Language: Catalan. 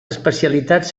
especialitats